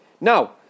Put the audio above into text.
Now